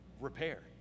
repair